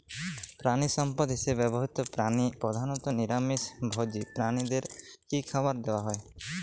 প্রাণিসম্পদ হিসেবে ব্যবহৃত প্রাণী প্রধানত নিরামিষ ভোজী প্রাণীদের কী খাবার দেয়া হয়?